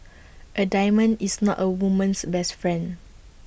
A diamond is not A woman's best friend